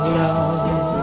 love